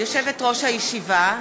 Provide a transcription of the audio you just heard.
יושבת-ראש הישיבה,